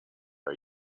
are